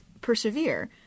persevere